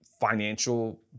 financial